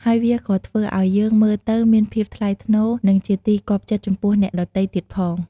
ហើយវាក៏៏ធ្វើឲ្យយើងមើលទៅមានភាពថ្លៃថ្នូរ និងជាទីគាប់ចិត្តចំពោះអ្នកដទៃទៀតផង។